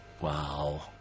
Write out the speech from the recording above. wow